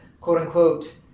quote-unquote